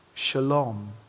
Shalom